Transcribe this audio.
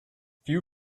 few